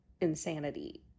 insanity